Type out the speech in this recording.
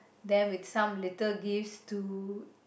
them with some little gifts to